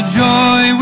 joy